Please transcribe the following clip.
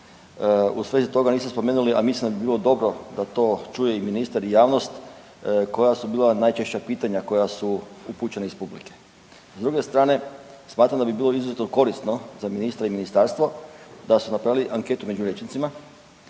U svezi toga niste spomenuli, a mislim da bi bilo dobro da to čuje i ministar i javnost, koja su bila najčešća pitanja koja su upućena iz publike. S druge strane, smatram da bi bilo izuzetno korisno za ministra i ministarstvo da su napravili anketu među vijećnicima